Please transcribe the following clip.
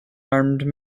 armed